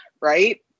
right